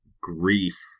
grief